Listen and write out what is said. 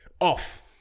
Off